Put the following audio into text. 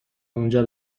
اونجا